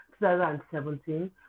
2017